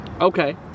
Okay